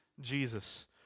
Jesus